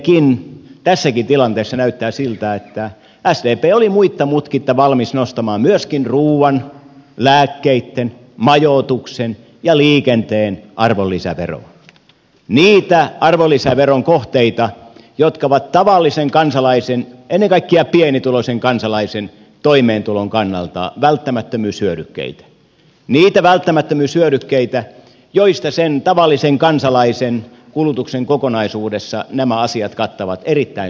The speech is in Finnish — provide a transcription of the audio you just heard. edelleenkin tässäkin tilanteessa näyttää siltä että sdp oli muitta mutkitta valmis nostamaan myöskin ruuan lääkkeitten majoituksen ja liikenteen arvonlisäveroa niitä arvonlisäveron kohteita jotka ovat tavallisen kansalaisen ennen kaikkea pienituloisen kansalaisen toimeentulon kannalta välttämättömyyshyödykkeitä niitä välttämättömyyshyödykkeitä joista sen tavallisen kansalaisen kulutuksen kokonaisuudessa nämä asiat kattavat erittäin suuren osan